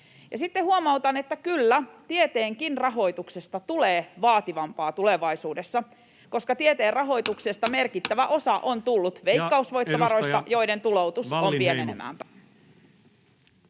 sitten huomautan, että kyllä, tieteenkin rahoituksesta tulee vaativampaa tulevaisuudessa, koska tieteen rahoituksesta merkittävä osa on tullut veikkausvoittovaroista, joiden tuloutus on pienenemään